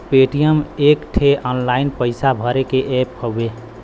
Paytm एक ठे online पइसा भरे के ऐप हउवे